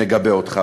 נגבה אותך.